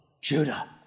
Judah